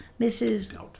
Mrs